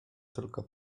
tylko